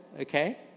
okay